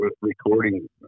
recording